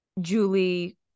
Julie